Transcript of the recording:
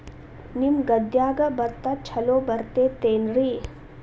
ನಿಮ್ಮ ಗದ್ಯಾಗ ಭತ್ತ ಛಲೋ ಬರ್ತೇತೇನ್ರಿ?